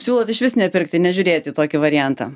siūlot išvis nepirkti nežiūrėti į tokį variantą